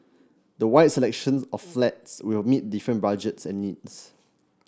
the wide selection of flats will meet different budget and needs